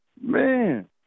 Man